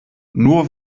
nur